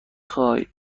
خوای